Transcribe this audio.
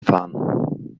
fahren